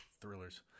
thrillers